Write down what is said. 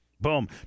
Boom